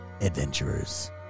Adventurers